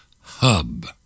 hub